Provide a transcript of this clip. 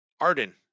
Arden